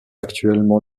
actuellement